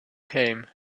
came